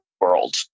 world